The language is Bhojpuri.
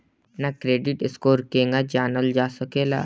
अपना क्रेडिट स्कोर केगा जानल जा सकेला?